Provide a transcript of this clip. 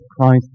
Christ